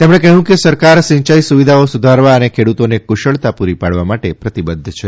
તેમણે કહ્યું કે સરકાર સિંચાઇ સુવિધાઓ સુધારવા અને ખેડૂતોને કુશળતા પુરી પાડવા માટે પ્રતિબદ્ધ છે